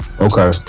Okay